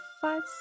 five